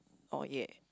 oh ya